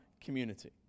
community